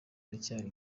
aracyari